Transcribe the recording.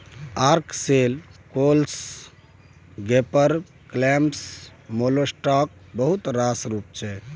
ark shell, cockles, gaper clams मोलेस्काक बहुत रास रुप छै